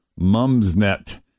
Mumsnet